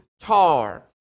tar